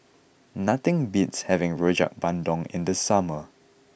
nothing beats having Rojak Bandung in the summer